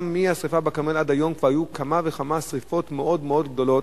גם מהשרפה בכרמל ועד היום היו כמה וכמה שרפות מאוד מאוד גדולות,